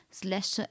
slash